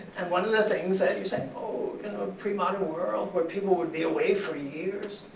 and one of the things that and you say, oh, in a pre-modern world where people would be away for years,